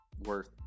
worth